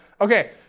Okay